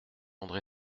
andré